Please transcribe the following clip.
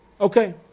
Okay